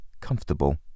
comfortable